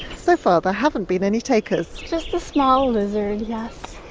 so far there haven't been any takers. just a small lizard, yes.